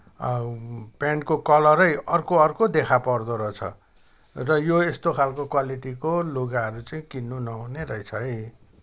पेन्टको कलरै अर्को अर्को देखापर्दो रहेछ र यो यस्तो खालको क्वालिटीको लुगाहरू चाहिँ किन्नु नहुने रहेछ है